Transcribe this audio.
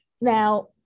Now